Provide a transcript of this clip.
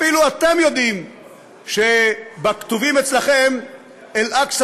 אפילו אתם יודעים שבכתובים אצלכם אל-אקצא